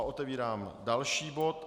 Otevírám další bod.